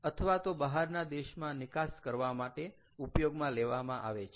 અથવા તો બહારના દેશમાં નિકાસ કરવા માટે ઉપયોગમાં આવે છે